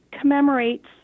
commemorates